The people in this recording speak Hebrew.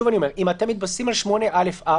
אם אתם מתבססים על 8(א)(4),